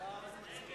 הצעת